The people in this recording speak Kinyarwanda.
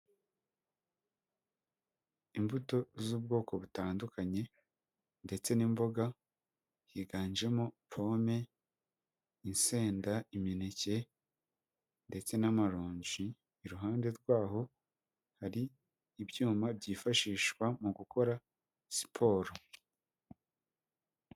Imbuto z'ubwoko butandukanye ndetse n'imboga, higanjemo pome, isenda, imineke ndetse n'amaronji, iruhande rwaho hari ibyuma byifashishwa mu gukora siporo.